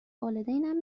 والدینم